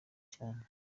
cyane